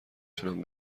تونم